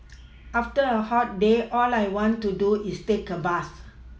after a hot day all I want to do is take a bath